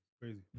Crazy